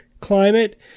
climate